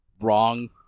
wrong